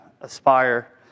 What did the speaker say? aspire